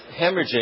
hemorrhaging